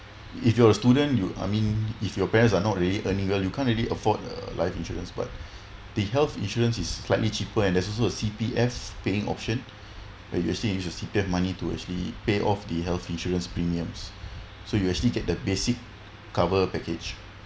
if you are a student you I mean if your parents are not really earning you can't really afford a life insurance but the health insurance is slightly cheaper and there's also a C_P_F paying option and where you actually using your C_P_F money to actually pay off the health insurance premiums so you actually get the basic cover package